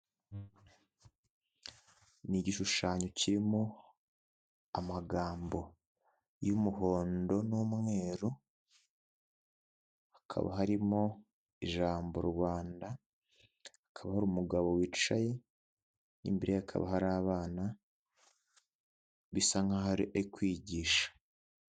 Ni igishushanyo kirimo amagambo y'umuhondo n'umweru, hakaba harimo ijambo Rwanda, hakaba hari umugabo wicaye, imbere ye hakaba hari abana, bisa nkaho ari kwigisha.